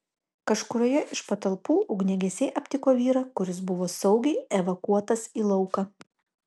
kažkurioje iš patalpų ugniagesiai aptiko vyrą kuris buvo saugiai evakuotas į lauką